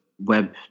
web